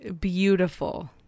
beautiful